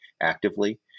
actively